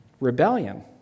rebellion